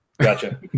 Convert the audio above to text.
Gotcha